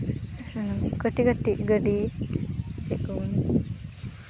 ᱠᱟᱹᱴᱤᱡ ᱠᱟᱹᱴᱤᱡ ᱜᱟᱹᱰᱤ ᱪᱮᱫ ᱠᱚ